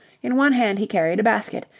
in one hand he carried a basket,